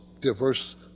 diverse